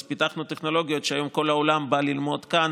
אז פיתחנו טכנולוגיות והיום כל העולם בא ללמוד כאן